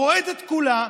רועדת כולה,